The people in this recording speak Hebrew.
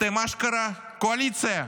אתם אשכרה קואליציה,